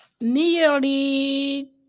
Nearly